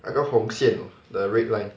那个红线 the red line